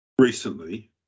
recently